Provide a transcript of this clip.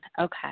okay